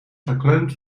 verkleumd